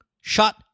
Shot